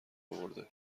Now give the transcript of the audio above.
اورده